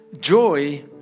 Joy